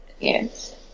Yes